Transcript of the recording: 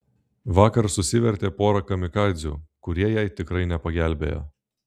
vakar susivertė porą kamikadzių kurie jai tikrai nepagelbėjo